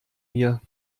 mir